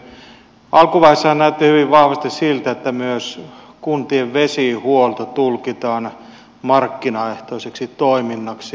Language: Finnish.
alkuvaiheessahan näytti hyvin vahvasti siltä että myös kuntien vesihuolto tulkitaan markkinaehtoiseksi toiminnaksi